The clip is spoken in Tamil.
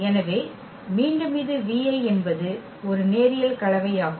எனவே மீண்டும் இது என்பது ஒரு நேரியல் கலவையாகும்